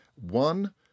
one